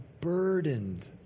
burdened